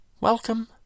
Welcome